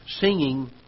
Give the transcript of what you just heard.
singing